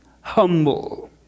humble